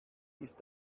ist